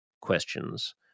Questions